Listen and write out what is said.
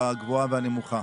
הגבוהה והנמוכה.